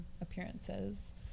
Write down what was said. appearances